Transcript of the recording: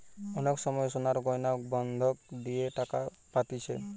অনেক সময় সোনার গয়না বন্ধক দিয়ে টাকা পাতিছে